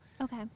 Okay